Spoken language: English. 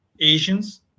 asians